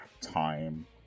time